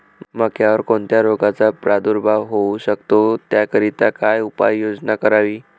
मक्यावर कोणत्या रोगाचा प्रादुर्भाव होऊ शकतो? त्याकरिता काय उपाययोजना करावी?